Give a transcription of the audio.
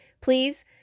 please